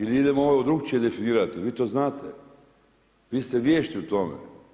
Ili idemo ovo drukčije definirati, vi to znate, vi ste vješti u tome.